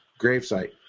gravesite